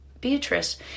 Beatrice